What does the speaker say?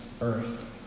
earth